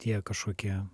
tie kažkokie